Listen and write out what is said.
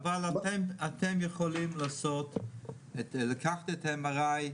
אבל אתם יכולים לקחת את ה-MRI,